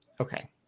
Okay